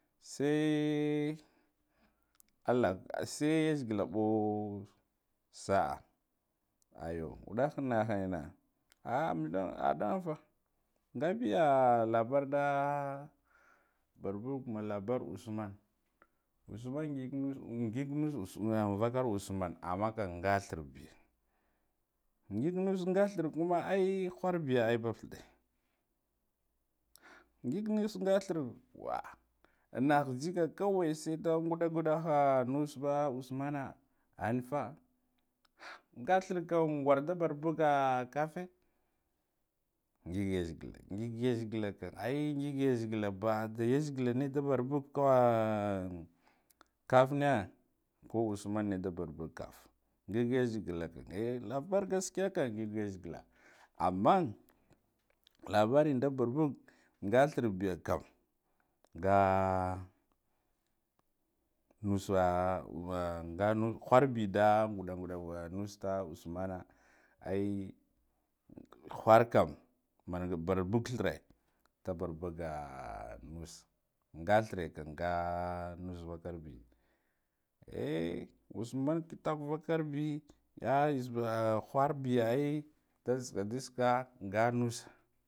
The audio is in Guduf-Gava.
Sai allah sai yazegla baa sa'a aya waddakh annaha enna ah medan ah adunfa ngabiya labar da barbag mana labar usman, usman ngig nus ngig nus us ngig nmus an vakar usman, amma kam nga threa be ngig nus nga threa kuma ai khur bega kuma bab thide bm ngig nus nga threa wakh an naha jika kawai sai nda nudda ngudda ha nus ba usmana anfah, ha nga threa kam worda barbaga ah kaffe ngig yazegola ngig yazogala ai ngig yazeglo bada yazogala ne da barbaga ah kafna un usman ku usmana nda barbuga kafina ngig yazegala eh yabar gaskiya kam ngig yazegala ah, amman labarin da babag nga threa biyakan nga nasa nus vah khurbe nda ngadda ngudda nus da usmana, ai khar kam manu barbag threa da barbaga nus nga threa kam nga nus vakar biya usman kitakwa vakar ya zebba kbar biya ai nda sakwa du sukwe.